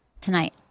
Tonight